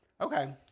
Okay